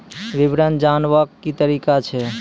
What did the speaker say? विवरण जानवाक की तरीका अछि?